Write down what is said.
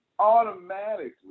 automatically